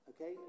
Okay